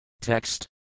Text